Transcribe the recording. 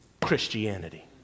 Christianity